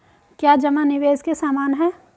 क्या जमा निवेश के समान है?